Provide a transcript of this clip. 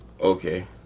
Okay